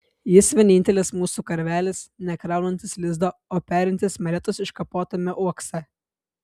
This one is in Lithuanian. jis vienintelis mūsų karvelis nekraunantis lizdo o perintis meletos iškapotame uokse